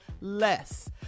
less